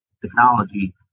technology